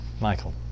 Michael